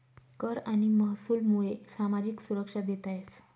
कर आणि महसूलमुये सामाजिक सुरक्षा देता येस